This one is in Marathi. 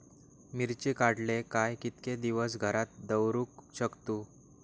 मिर्ची काडले काय कीतके दिवस घरात दवरुक शकतू?